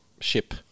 Ship